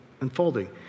unfolding